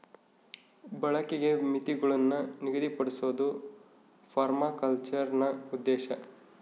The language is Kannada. ಬಳಕೆಗೆ ಮಿತಿಗುಳ್ನ ನಿಗದಿಪಡ್ಸೋದು ಪರ್ಮಾಕಲ್ಚರ್ನ ಉದ್ದೇಶ